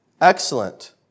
excellent